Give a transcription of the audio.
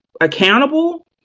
accountable